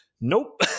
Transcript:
nope